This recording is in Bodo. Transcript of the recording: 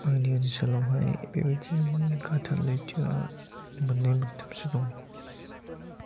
आंनि ओनसोलावहाय बेबायदि गाथोन लैथोआ मोननै मोनथामसो दं